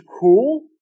cool